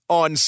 on